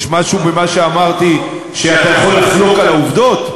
יש משהו במה שאמרתי שאתה יכול לחלוק בו על העובדות?